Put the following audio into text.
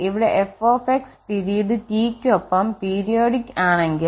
ഇവിടെ f period T ക്ക് ഒപ്പം പീരിയോഡിക് ആണെങ്കിൽ